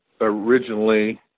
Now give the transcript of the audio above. originally